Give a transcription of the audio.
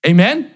Amen